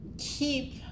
keep